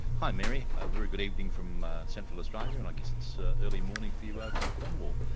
hi mary, a very good evening from central australia, and i guess it's ah early morning for you ah over in cornwall.